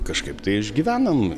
kažkaip tai išgyvenam